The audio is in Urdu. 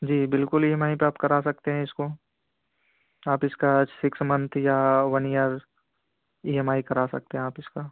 جی بالکل ای ایم آئی پہ آپ کرا سکتے ہیں اس کو آپ اس کا سکس منتھ یا one year E M I کرا سکتے ہیں آپ اس کا